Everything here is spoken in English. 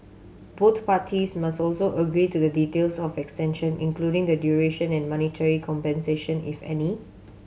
both parties must also agree to the details of extension including the duration and monetary compensation if any